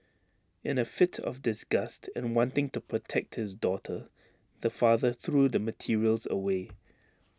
in A fit of disgust and wanting to protect his daughter the father threw the materials away